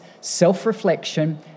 self-reflection